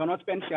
מהקרנות פנסיה,